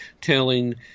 telling